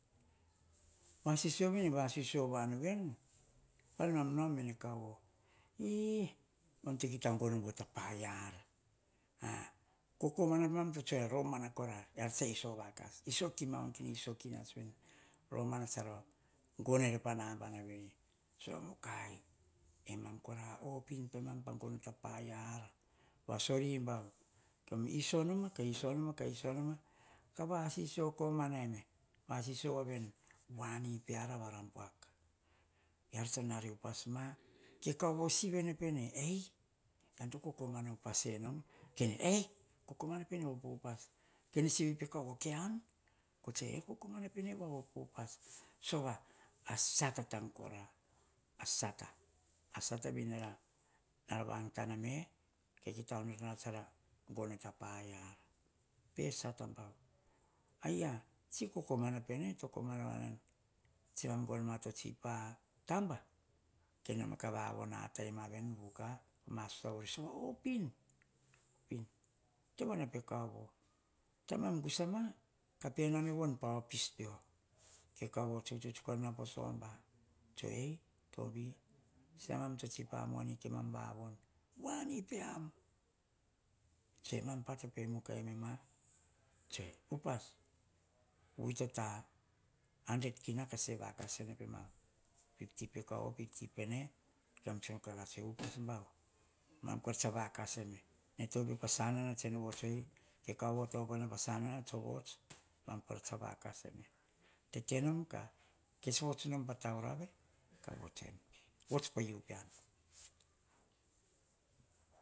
Vasisio vi, nene vasisio voanu veni, panemam nao mene kaovo, "e" emom to kita gono bauvu ta paia ar, "a" kokomana pemam, to tsoe, romana kora, eara tsa iso vakas iso kima voni kene iso kinats veni. Romana tsara gonoer pa nabana veri sova mukai, mam kora, a opin. Pemam, pa gono ta paia ar, va sori bauvu, iso noma, ka iso noma, ka iso noma, ka vasisio komana enoma vasisio voavini, voani peara vara buak. eara to nare upas serema, ke kaovo sivi ene pene. ean to kokomana upas enom? "Ei" kokomana na pene vo pe upas ke om, kokomana me pene vo upas. Asata tank kora nara vang tana me. Ka kita onotona tsara gono ta paia ar. Pe sata buavu. Ayia, tsi kokomana pene, to komana voa nu yeni. Tse man gonoma to tsi pataba, kene noma ka vavon atai ma veni bukei ma stua vori sova opin, opin. Tevoana pe kaovo. Taim nemam gusama, ka pe name pa opis pe kaovo. Ke kaovo, tsutsuts korane po soba, ka tsoe ei tovi, seamam to tsi pamoni kemam vavon voani pe am? Tsoe, e mam pa to pe mukai emme ma. Tsoe upas, vui ta handret kina, ka se vakasene pemam. Pipti pe kaovo, pipti pene. Kemam tsun kora, ka tsoe emme upas bauvu, emam kora tsa vakas emme. Ene to opoi pa sanana tsene vuts, ke kaovo to opoene pa sanana tso vuts. Emam pa tsa vakas emme. U vuts nom pa taurave, ka vut em.